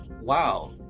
wow